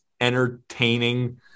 entertaining